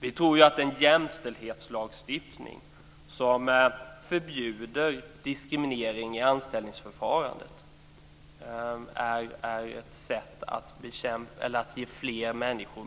Vi tror att en jämställdhetslagstiftning som förbjuder diskriminering i anställningsförfarandet är ett sätt att ge fler människor